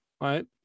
right